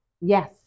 Yes